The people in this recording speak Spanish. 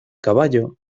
caballo